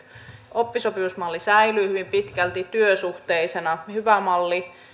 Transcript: oppisopimusmalli säilyy hyvin pitkälti työsuhteisena hyvä malli